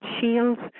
shields